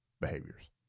behaviors